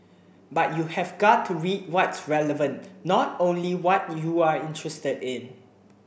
but you have got to read what's relevant not only what you're interested in